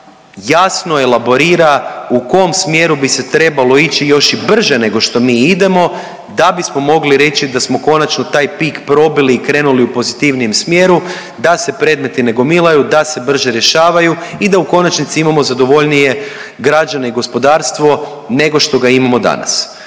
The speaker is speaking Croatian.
jasno elaborira u kom smjeru bi se trebalo ići još i brže nego što mi idemo da bismo mogli reći da smo konačno taj pik probili i krenuli u pozitivnijem smjeru da se predmeti ne gomilaju, da se brže rješavaju i da u konačnici imamo zadovoljnije građane i gospodarstvo nego što ga imamo danas.